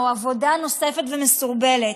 עבודה, או עבודה נוספת ומסורבלת.